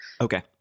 Okay